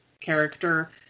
character